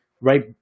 right